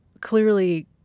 clearly